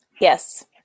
Yes